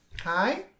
Hi